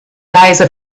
giza